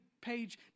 page